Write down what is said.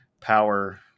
power